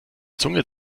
zunge